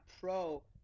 pro